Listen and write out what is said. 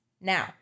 Now